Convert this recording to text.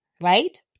right